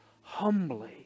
humbly